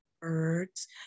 birds